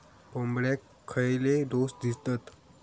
कोंबड्यांक खयले डोस दितत?